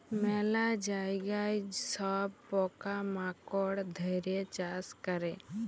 ম্যালা জায়গায় সব পকা মাকড় ধ্যরে চাষ ক্যরে